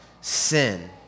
sin